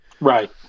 Right